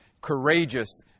courageous